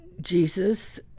Jesus